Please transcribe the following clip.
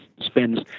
spends